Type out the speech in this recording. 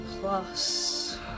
plus